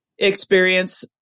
experience